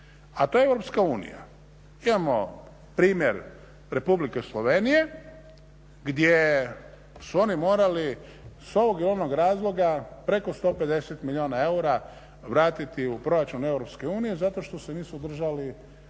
a to je EU. Imamo primjer Republike Slovenije gdje su oni morali iz ovog i onog razloga preko 150 milijuna eura vratiti u proračun EU zato što se nisu držali